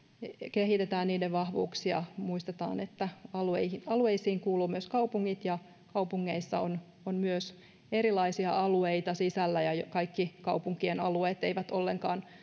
kehitetään niiden vahvuuksia muistetaan että alueisiin alueisiin kuuluvat myös kaupungit ja kaupungeissa on myös erilaisia alueita sisällä ja ja kaikki kaupunkien alueet eivät ollenkaan